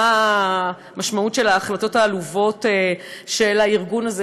מה המשמעות של ההחלטות העלובות של הארגון הזה,